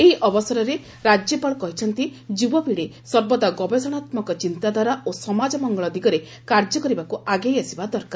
ଏହି ଅବସରରେ ରାଜ୍ୟପାଳ କହିଛନ୍ତି ଯୁବପିତି ସର୍ବଦା ଗବେଷଣାତ୍କକ ଚିନ୍ତାଧାରା ଓ ସମାଜ ମଙ୍ଗଳ ଦିଗରେ କାର୍ଯ୍ୟ କରିବାକୁ ଆଗେଇ ଆସିବା ଦରକାର